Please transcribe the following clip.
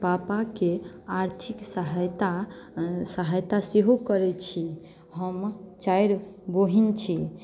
पापाके आर्थिक सहायता सहायता सेहो करैत छी हम चारि बहिन छी